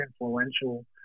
influential